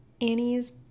Annie's